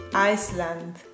Iceland